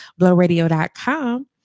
blowradio.com